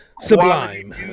Sublime